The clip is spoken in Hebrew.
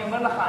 אני אומר לך,